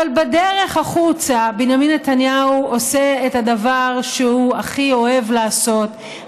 אבל בדרך החוצה בנימין נתניהו עושה את הדבר שהוא הכי אוהב לעשות,